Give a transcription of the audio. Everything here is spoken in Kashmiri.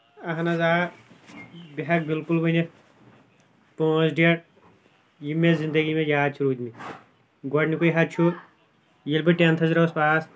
اَہن حظ آ بہٕ ہٮ۪کہٕ بِالکُل ؤنِتھ پانٛژھ ڈیٹ یِم مےٚ زنٛدگی منٛز یاد چھِ روٗدمٕتۍ گۄڈٕنُکٕی حظ چھُ ییٚلہِ بہٕ ٹینٛتھس دراس پاس